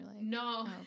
No